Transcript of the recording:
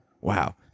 Wow